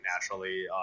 naturally